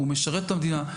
הוא משרת את המדינה,